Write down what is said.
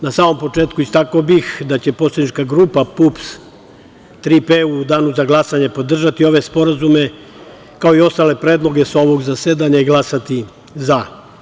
Na samom početku, istakao bih da će poslanička grupa PUPS - „Tri P“ u danu za glasanje podržati ove sporazume, kao i ostale predloge sa ovog zasedanja i glasati za.